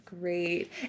great